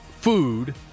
food